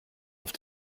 auf